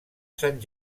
sant